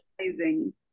amazing